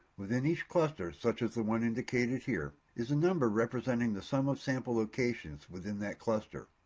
within each cluster, such as the one indicated here, is a number representing the sum of sample locations within that cluster.